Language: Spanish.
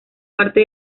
parte